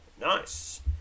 Nice